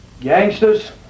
Gangsters